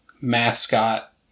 mascot